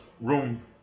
room